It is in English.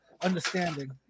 understanding